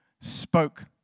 spoke